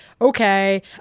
okay